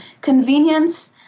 convenience